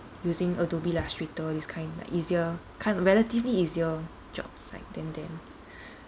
using adobe illustrator is kind like easier kind relatively easier jobs like then then